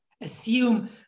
assume